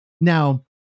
Now